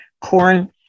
Corn